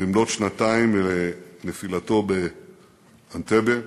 במלאות שנתיים לנפילתו באנטבה.